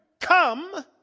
come